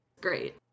Great